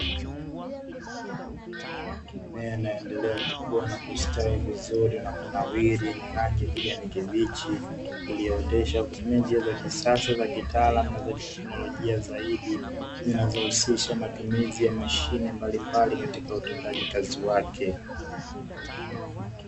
Mimea inayoendelea kukua na kustawi vizuri na kunawiri yenye rangi ya kijani kibichi, iliyooteshwa kutumia njia za kisasa na za kitaalamu na za kiteknolojia zaidi zinazohusisha matumizi ya mashine mbalimbali katika utendaji kazi wake.